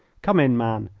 come in, man,